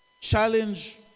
challenge